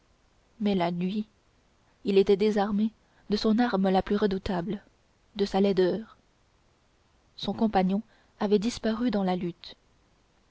mais la nuit il était désarmé de son arme la plus redoutable de sa laideur son compagnon avait disparu dans la lutte